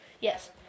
Yes